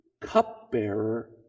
cupbearer